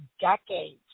decades